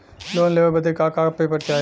Loan लेवे बदे का का पेपर चाही?